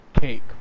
cake